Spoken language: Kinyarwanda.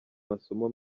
masomo